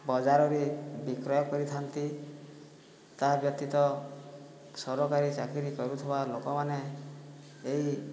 ବଜାରରେ ବିକ୍ରୟ କରିଥାନ୍ତି ତା' ବ୍ୟତୀତ ସରକାରୀ ଚାକିରି କରୁଥିବା ଲୋକମାନେ ଏହି